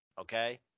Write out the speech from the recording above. Okay